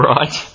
Right